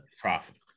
profit